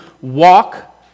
walk